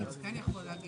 אבל הוא כן יכול להגיש.